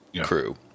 crew